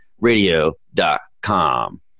radio.com